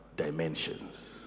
dimensions